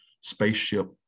spaceship